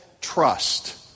trust